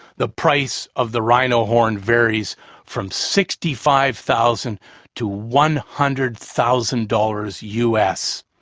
the price of the rhino horn varies from sixty five thousand to one hundred thousand dollars u. s.